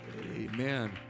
Amen